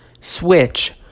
switch